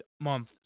month